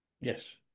Yes